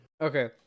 Okay